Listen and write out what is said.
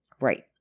Right